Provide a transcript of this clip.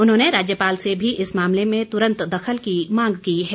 उन्होंने राज्यपाल से भी इस मामले में तुरंत दखल की मांग की है